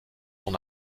son